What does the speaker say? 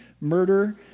murder